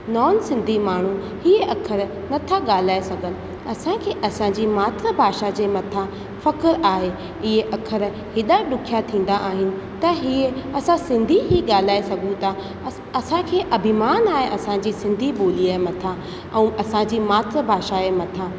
non Sindhi माण्हू हीअ अखर नथा ॻाल्हाए सघनि असांखे असांजी मात्र भाषा जे मथां फ़कुरु आहे इहे अखर हेॾा ॾुखिया थींदा आहिनि त हीअं असां सिंधी ई ॻाल्हाए सघूं था असांखे अभिमान आहे असांजे सिंधी ॿोलीअ मथां ऐं असांजी मात्र भाषा जे मथां